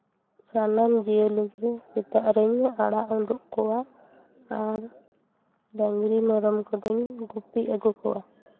ᱥᱟᱱᱟᱢ ᱡᱤᱭᱟᱹᱞᱤ ᱜᱮ ᱥᱮᱛᱟᱜ ᱨᱤᱧ ᱟᱲᱟᱜ ᱩᱰᱩᱠ ᱠᱚᱣᱟ ᱟᱨ ᱰᱟᱝᱨᱤ ᱢᱮᱨᱚᱢ ᱠᱚᱫᱚᱧ ᱜᱩᱯᱤ ᱟᱹᱜᱩ ᱠᱚᱣᱟ